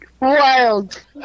wild